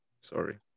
sorry